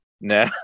no